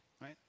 Right